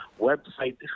Website